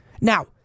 Now